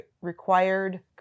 required